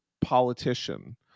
politician